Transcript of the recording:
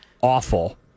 awful